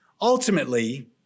Ultimately